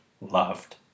loved